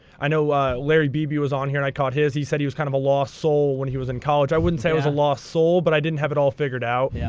i know larry beebe was on here and i caught his. he said he was kind of a lost soul when he was in college. i wouldn't say i was a lost soul, but i didn't have it all figured out. yeah.